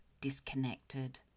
disconnected